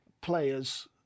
players